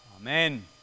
Amen